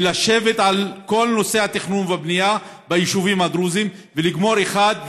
ולשבת על כל נושא התכנון והבנייה ביישובים הדרוזיים ולגמור אחת ולתמיד.